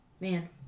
Man